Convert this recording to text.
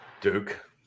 Duke